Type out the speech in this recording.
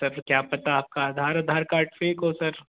sir फिर क्या पता आपका आधार ओधार कार्ड फे़क हो सर